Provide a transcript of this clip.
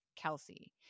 Kelsey